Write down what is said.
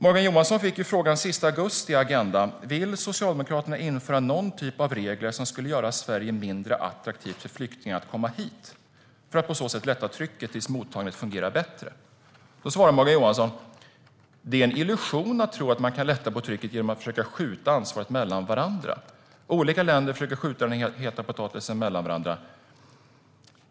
Morgan Johansson fick i Agenda den 30 augusti 2015 frågan: Vill Socialdemokraterna införa någon typ av regler som skulle göra Sverige mindre attraktivt för flyktingar att komma hit, för att på så sätt lätta på trycket tills mottagningen fungerar bättre? Morgan Johansson svarade: Det är en illusion att tro att man kan lätta på trycket genom att försöka skjuta ansvaret mellan varandra. Olika länder försöker skjuta den heta potatisen mellan varandra.